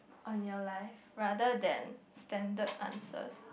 on your life rather than standard answers